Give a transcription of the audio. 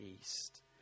east